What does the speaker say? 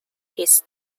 his